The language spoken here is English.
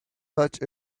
such